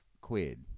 quid